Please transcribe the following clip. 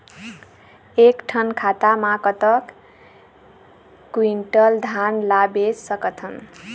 एक ठन खाता मा कतक क्विंटल धान ला बेच सकथन?